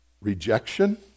Rejection